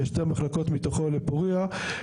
ושתי המחלקות מתוכו לפורייה.